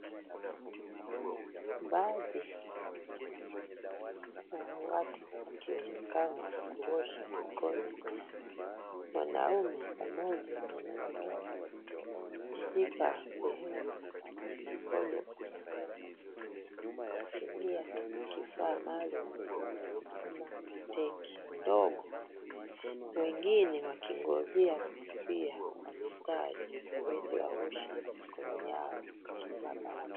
Baadhi ya watu wakionekana kuosha mikono ,wanaume pamoja na mwanamke katika sehemu ya mikono unaweza kuoshwa kutumia kifaa mahalum kama tenki ndogo. Wengine wakingojea pia kwa mistari waweze waoshe mikono yao wakifaa barakoa.